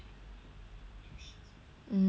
mm